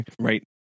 Right